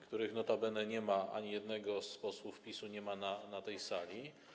których notabene nie ma, ani jednego z posłów PiS-u nie ma na tej sali.